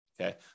Okay